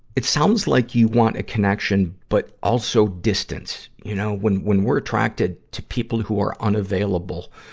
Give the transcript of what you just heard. it sounds like you want a connection, but also distance. you know, when when we're attracted to people who are unavailable,